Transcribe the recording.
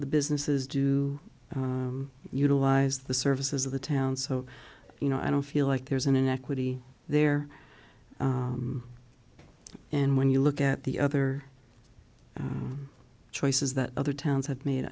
the businesses do utilize the services of the town so you know i don't feel like there's an inequity there and when you look at the other choices that other towns have made